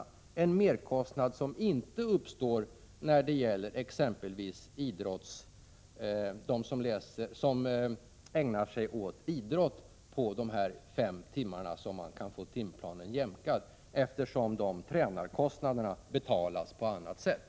Det är en merkostnad som inte uppstår när det gäller exempelvis dem som ägnar sig åt idrott på de fem timmar som man kan få timplanen jämkad med, eftersom tränarkostnaderna betalas på annat sätt.